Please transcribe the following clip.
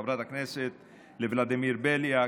לחבר הכנסת ולדימיר בליאק,